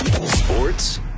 Sports